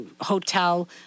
hotel